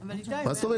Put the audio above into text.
--- לא אגבה